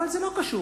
אבל זה לא קשור,